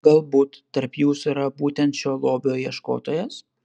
galbūt tarp jūsų yra būtent šio lobio ieškotojas